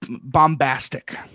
bombastic